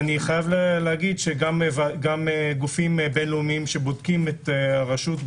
גם גופים בין-לאומיים שבודקים את הרשות,